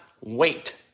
wait